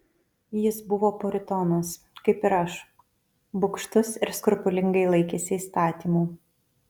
jis buvo puritonas kaip ir aš bugštus ir skrupulingai laikėsi įstatymų